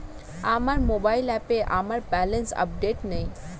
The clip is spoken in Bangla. আমার মোবাইল অ্যাপে আমার ব্যালেন্স আপডেটেড নেই